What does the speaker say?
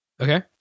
Okay